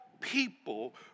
people